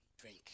drink